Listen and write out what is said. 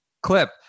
clip